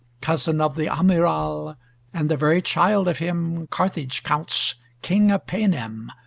cousin of the amiral and the very child of him carthage counts king of paynim,